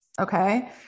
Okay